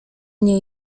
mnie